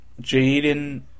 Jaden